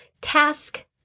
task